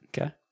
Okay